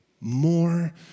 more